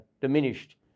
diminished